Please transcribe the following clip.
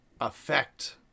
Affect